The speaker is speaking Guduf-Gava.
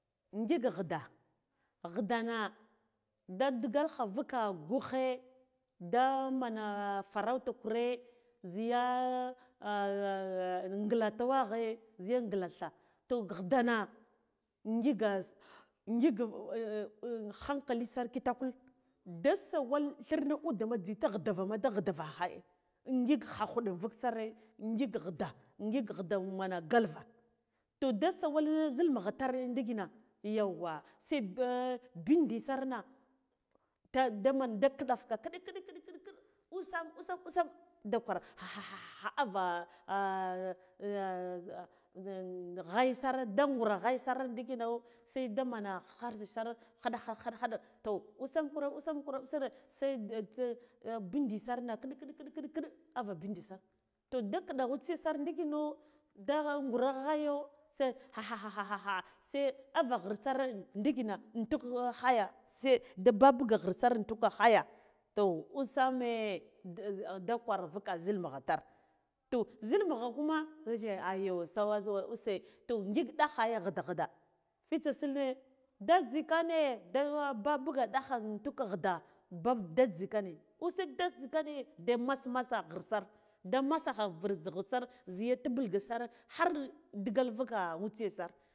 Ngik ghide ghidana da digalkha vuka gughe da mana farauta kure ziya ngla tuwaghe ziya nglatha toh gih ghidana ngiga ngiga khankali sa kitakul da sawal thlirne ude ma jzitsa ghidava da ghidavaha ai in ngik khakhu ɗe invuk sire in ngik ghida ngik ghida man galva toh da sawal zil mugha tare ndikina yauwa se ba bindi sar na ta da man de ɓiɗafka ƙiɗik ƙiɗik ƙiɗik ƙiɗik ƙiɗik usam usam wam da gwar haha haha aka ghai sar da ngura ghei sar ndicino saida manna har haɗa khaɗa khado toh usam laure usam kure usime saide bindi sarna ƙirɗik ƙiɗik ƙiɗik ava bindi sir toh da ƙiɗa utsiya sar ndikino da ghura ghayo se haha haha se ava ghre sare ndikina intuk ghaya se da babuga ghre sir intuk ghaya toh usamae da da kwar vuka zil mugha tar toh zil mugha kuma zere ayo use sawa sawa use to ngik dagha ai ghida shide fitsa thirnr dad zika ne da babuge ɗatha ntuk ghida bab dad zikana usukdad zikane da mes masa ghar sar de masakha ghir sir ziya tubulke sar khar digal vuka utsiya sar.